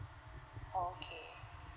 okay